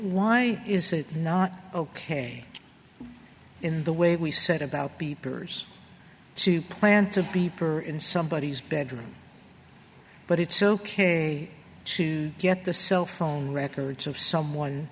why is it not ok in the way we set about beepers to plan to beeper in somebodies bedroom but it's ok to get the cell phone records of someone